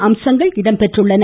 அம்சங்கள் இடம்பெற்றுள்ளன